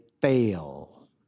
fail